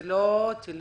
זה לא טילים,